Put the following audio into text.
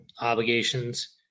obligations